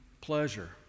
pleasure